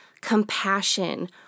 compassion